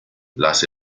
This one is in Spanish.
las